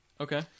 Okay